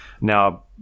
now